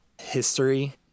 history